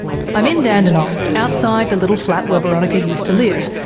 i'm in dandenong, outside the little flat where boronika used to live,